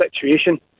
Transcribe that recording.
situation